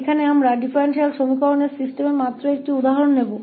यहाँ हम अवकल समीकरणों के निकाय का केवल एक उदाहरण लेंगे